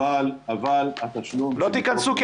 אבל התשלום --- בטח שלא תיכנסו,